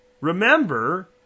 remember